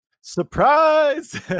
Surprise